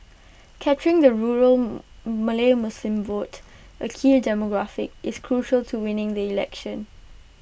capturing the rural Malay Muslim vote A key demographic is crucial to winning the election